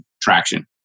traction